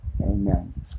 Amen